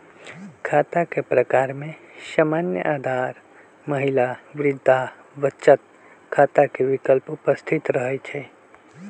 खता के प्रकार में सामान्य, आधार, महिला, वृद्धा बचत खता के विकल्प उपस्थित रहै छइ